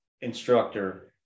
instructor